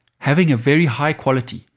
having a very high quality,